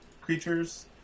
creatures